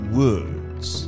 words